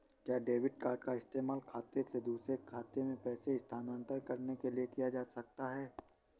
क्या debit card का इस्तेमाल एक खाते से दूसरे खाते में पैसे स्थानांतरण करने के लिए किया जा सकता है?